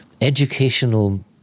educational